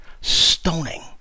stoning